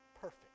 perfect